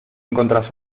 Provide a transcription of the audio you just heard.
encuentras